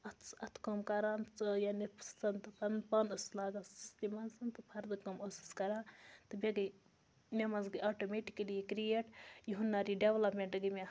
اَتھَس اَتھٕ کٲم کَران ژٕ یعنی سٕژَن تہٕ پَنہٕ پَن ٲسٕس لاگان سٕژنہِ منٛزَن تہٕ فردٕ کٲم ٲسٕس کَران تہٕ مےٚ گٔے مےٚ منٛز گٔے آٹومیٹکٔلی یہِ کِرٛییٹ یہِ ہُنَر یہِ ڈٮ۪ولَپمٮ۪نٛٹ گٔے مےٚ